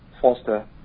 foster